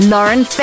Lauren